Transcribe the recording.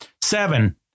Seven